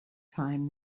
time